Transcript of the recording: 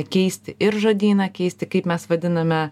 keisti ir žodyną keisti kaip mes vadiname